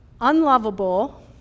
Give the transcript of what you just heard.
unlovable